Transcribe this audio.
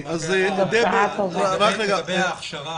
לגבי ההכשרה,